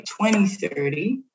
2030